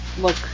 look